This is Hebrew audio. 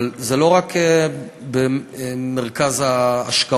אבל זה לא רק במרכז ההשקעות.